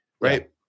right